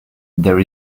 there